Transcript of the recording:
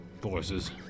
forces